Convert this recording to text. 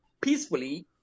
peacefully